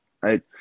right